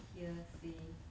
here say